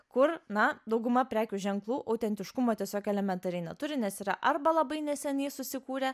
kur na dauguma prekių ženklų autentiškumo tiesiog elementariai neturi nes yra arba labai neseniai susikūrę